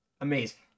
amazing